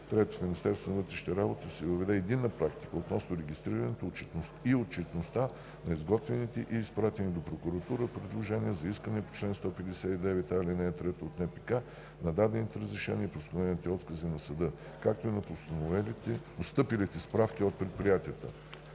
3. В Министерството на вътрешните работи да се въведе единна практика относно регистрирането и отчетността на изготвените и изпратени до прокуратурата предложения за искания по чл. 159а, ал. 3 от НПК на дадените разрешения и постановените откази на съда, както и на постъпилите справки от предприятията.